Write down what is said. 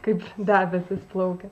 kaip debesys plaukia